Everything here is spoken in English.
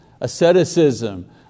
asceticism